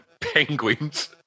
Penguins